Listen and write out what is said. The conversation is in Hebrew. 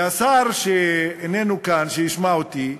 והשר, שאיננו כאן, שישמע אותי,